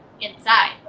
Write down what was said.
inside